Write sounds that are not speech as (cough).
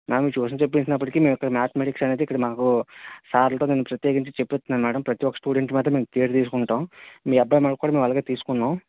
మేమ్ tuition చెప్పేసినప్పటికీ ఇక్కడ mathematics అనేది ఇక్కడ మనకు సార్లతో మేము ప్రత్యేకించి చెప్పిస్తున్నాను మేడం ప్రతి ఒక్క స్టూడెంట్ మీదా మేము కేర్ తీసుకుంటాం మీ అబ్బాయి (unintelligible) కూడా మేము అలాగే తీసుకున్నాం